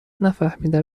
نفهمیدم